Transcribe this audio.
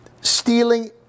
stealing